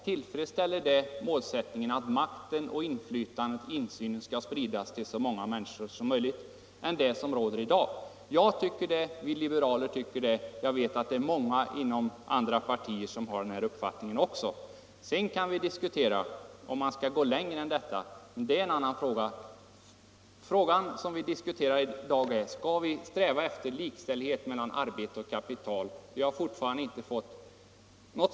Sprids inte därmed makt, inflytande och insyn till flera människor än vad som är fallet i dag? Jo, självfallet. Det är därför vi liberaler driver denna fråga, och jag vet att det finns många inom andra partier som har samma uppfattning. Sedan kan vi diskutera om man skall gå längre, men det är en annan fråga. Frågan som vi diskuterar i dag är: Skall vi sträva efter likställighet mellan arbete och kapital? Den frågan undviker herr Andersson, märkligt nog.